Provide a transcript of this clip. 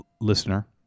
listener